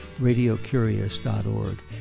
RadioCurious.org